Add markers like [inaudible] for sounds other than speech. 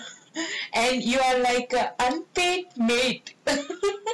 ya you are you are [laughs] and you are like a unpaid maid [laughs]